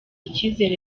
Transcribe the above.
icyizere